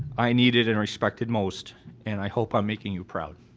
i needed and respected most and i hope i'm making you proud.